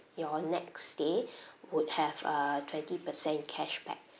your next stay would have a twenty percent cashback